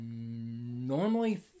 normally